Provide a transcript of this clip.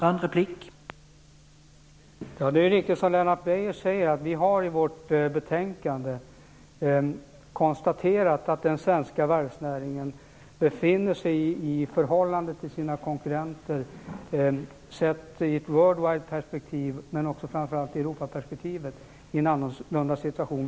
Herr talman! Det är riktigt som Lennart Beijer säger att vi i vårt betänkande har konstaterat att den svenska varvsnäringen sett i ett world wideperspektiv, men framför allt i Europaperspektivet, befinner sig i en annorlunda situation än sina konkurrenter.